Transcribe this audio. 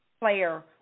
Player